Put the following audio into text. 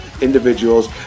individuals